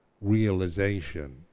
realization